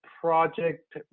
project